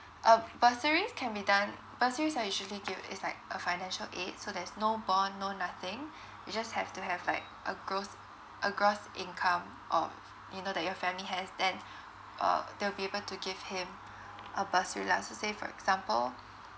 uh bursaries can be done bursaries are actually give is like a financial aid so there's no bond no nothing you just have to have like a gross a gross income of you know that your family has then uh they'll be able to give him a bursary lah so say for example